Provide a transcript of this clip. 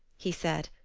he said.